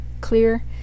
clear